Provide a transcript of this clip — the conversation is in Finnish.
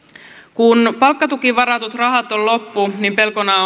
kun palkkatukiin varatut rahat ovat loppu niin pelkona